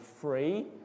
free